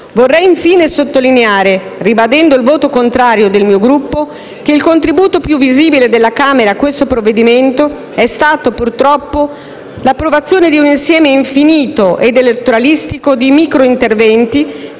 Vorrei infine sottolineare, ribadendo il voto contrario del mio Gruppo, che il contributo più visibile della Camera a questo provvedimento è stato, purtroppo, l'approvazione di un insieme infinito ed elettoralistico di microinterventi,